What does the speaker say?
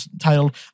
titled